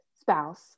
spouse